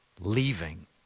leaving